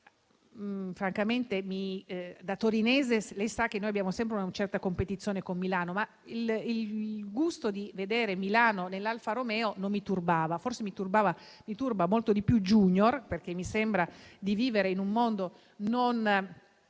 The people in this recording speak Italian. Paese. Da torinese posso dire noi abbiamo sempre una certa competizione con Milano, ma il gusto di vedere la parola Milano nell'Alfa Romeo non mi turbava. Forse mi turba molto di più la parola *junior,* perché mi sembra di vivere in un mondo non